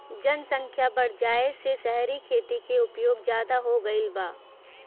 जनसख्या बढ़ जाये से सहरी खेती क उपयोग जादा हो गईल बा